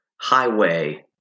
highway